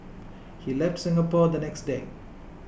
he left Singapore the next day